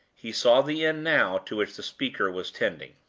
he saw the end now to which the speaker was tending